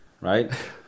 Right